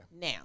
now